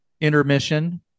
intermission